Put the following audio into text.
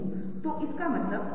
क्या बनावट का एक ढाल था